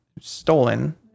stolen